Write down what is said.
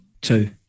Two